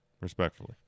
Respectfully